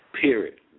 Period